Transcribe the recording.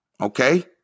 Okay